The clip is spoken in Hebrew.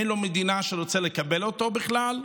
אין לו מדינה שרוצה לקבל אותו בכלל,